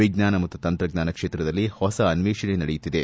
ವಿಜ್ಞಾನ ಮತ್ತು ತಂತ್ರಜ್ಞಾನ ಕ್ಷೇತ್ರದಲ್ಲಿ ಹೊಸ ಅನ್ವೇಷಣೆ ನಡೆಯುತ್ತಿದೆ